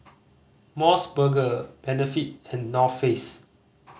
Mos Burger Benefit and North Face